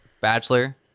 Bachelor